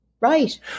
Right